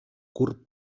curt